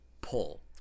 pull